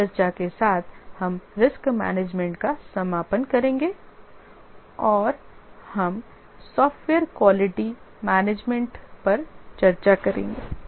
इस चर्चा के साथ हम रिस्क मैनेजमेंट का समापन करेंगे और हम सॉफ्टवेयर क्वालिटी मैनेजमेंट पर चर्चा करेंगे